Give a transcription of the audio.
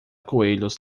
coelhos